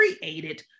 created